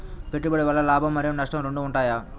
పెట్టుబడి వల్ల లాభం మరియు నష్టం రెండు ఉంటాయా?